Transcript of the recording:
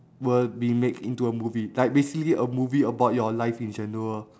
were being made into a movie like basically a movie about your life in general